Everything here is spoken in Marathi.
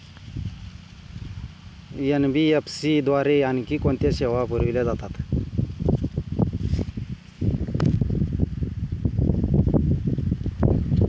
एन.बी.एफ.सी द्वारे आणखी कोणत्या सेवा पुरविल्या जातात?